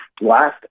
last